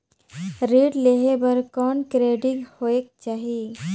ऋण लेहे बर कौन क्रेडिट होयक चाही?